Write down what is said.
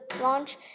launch